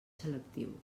selectiu